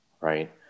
Right